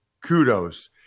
Kudos